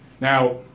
Now